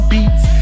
Beats